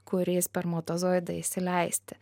kurį spermatozoidą įsileisti